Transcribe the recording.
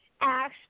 Ash